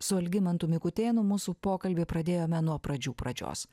su algimantu mikutėnu mūsų pokalbį pradėjome nuo pradžių pradžios